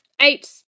eight